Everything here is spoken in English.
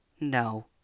No